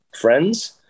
friends